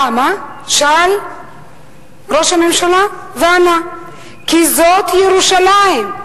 למה?", שאל ראש הממשלה, וענה: "כי זאת ירושלים.